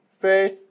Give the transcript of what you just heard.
faith